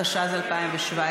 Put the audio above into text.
התשע"ז 2017,